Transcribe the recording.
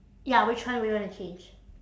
ya which one would you wanna change